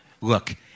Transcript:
Look